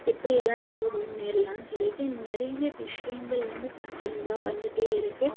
எப்படியெல்லாம் நம்ம முன்னேறலான்னு சொல்லிவிட்டு நிறைய விஷயங்கள் வந்து கட்டினியூவாக வந்துட்டே இருக்குது